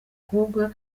bakobwa